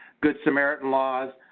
good samaritan laws,